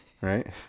right